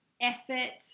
effort